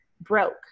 broke